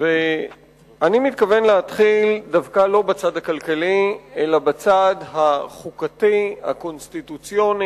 ואני מתכוון להתחיל דווקא לא בצד הכלכלי אלא בצד החוקתי הקונסטיטוציוני,